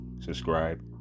subscribe